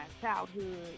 childhood